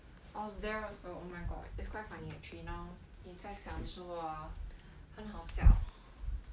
I was there also oh my god it's quite funny actually now 你再想的时候 hor 很好笑